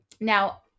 Now